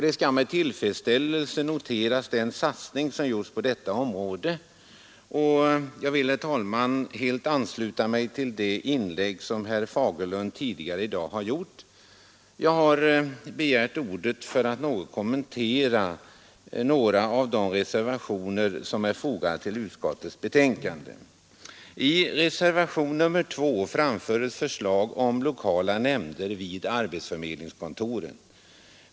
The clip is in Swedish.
Den satsning som görs på detta område skall med tillfredsställelse noteras. Jag vill, herr talman, helt ansluta mig till det inlägg som herr Fagerlund tidigare i dag har gjort. Jag har begärt ordet för att något kommentera en del av de reservationer som är fogade vid utskottets betänkande. I reservationen 2 framförs förslag om lokala nämnder vid arbetsförmedlingskontoren.